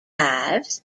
ives